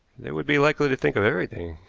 they would be likely to think of everything.